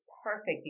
perfect